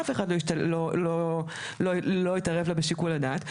אף אחד לא יתערב לה בשיקול הדעת.